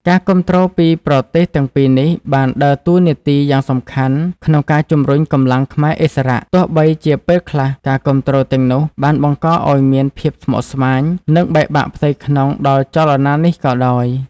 ការគាំទ្រពីប្រទេសទាំងពីរនេះបានដើរតួនាទីយ៉ាងសំខាន់ក្នុងការជំរុញកម្លាំងខ្មែរឥស្សរៈ ទោះបីជាពេលខ្លះការគាំទ្រទាំងនោះបានបង្កឱ្យមានភាពស្មុគស្មាញ និងបែកបាក់ផ្ទៃក្នុងដល់ចលនានេះក៏ដោយ។